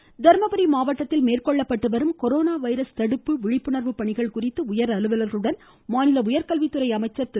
அன்பழகன் தர்மபுரி மாவட்டத்தில் மேற்கொள்ளப்பட்டு வரும் கொரோனா வைரஸ் தடுப்பு மற்றும் விழிப்புணர்வு பணிகள் குறித்து உயர் அலுவலர்களுடன் மாநில உயர்கல்வித்துறை அமைச்சர் திரு